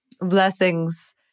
blessings